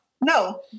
No